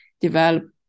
develop